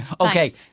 Okay